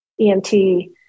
EMT